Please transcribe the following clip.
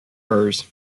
hers